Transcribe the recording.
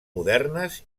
modernes